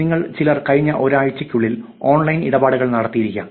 നിങ്ങളിൽ ചിലർ കഴിഞ്ഞ ഒരാഴ്ചയ്ക്കുള്ളിൽ ഓൺലൈൻ ഇടപാടുകൾ നടത്തിയിരിക്കാം